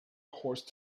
horse